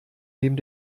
neben